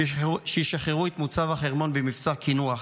ששחררו את מוצב החרמון במבצע קינוח.